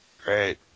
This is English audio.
Great